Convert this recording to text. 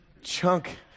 Chunk